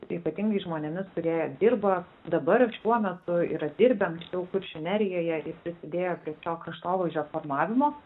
ypatingais žmonėmis kurie dirba dabar šiuo metu yra dirbę anksčiau kuršių nerijoje prisidėję prie šio kraštovaizdžio formavimo